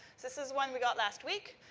this is one we got last week